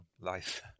life